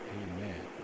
amen